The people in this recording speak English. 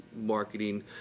marketing